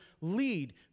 lead